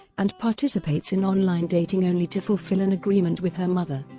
and participates in online dating only to fulfill an agreement with her mother.